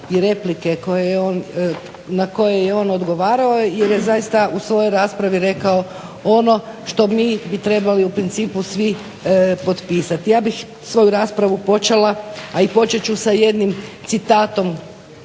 i replike na koje je on odgovarao jer je zaista u svojoj raspravi rekao ono što mi bi trebali u principu svi potpisati. Ja bih svoju raspravu počela, a i počet ću sa jednim citatom,